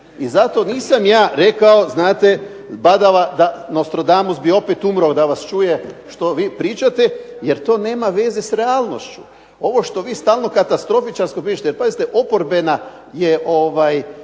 I zato nisam ja rekao badava da Nostradamus bi opet umro da vas čuje da vi pričate jer to nema veze s realnošću. Ovo što vi stalno katastrofičarsko pričati. Pazite, oporbena deviza